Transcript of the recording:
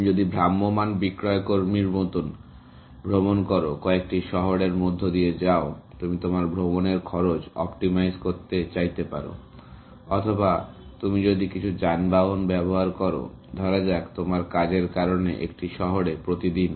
তুমি যদি ভ্রাম্যমাণ বিক্রয়কর্মীর মতো ভ্রমণ করো কয়েকটি শহরের মধ্য দিয়ে যাও তুমি তোমার ভ্রমণের খরচ অপ্টিমাইজ করতে চাইতে পারো অথবা তুমি যদি কিছু যানবাহন ব্যবহার করো ধরা যাক তোমার কাজের কারণে একটি শহরে প্রতিদিন